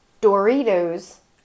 Doritos